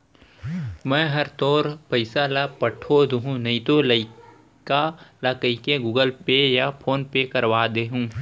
मैं हर तोर पइसा ल पठो दुहूँ नइतो लइका ल कइके गूगल पे या फोन पे करवा दे हूँ